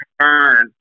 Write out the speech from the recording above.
turn